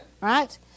right